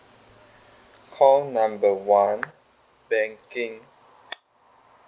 call number one banking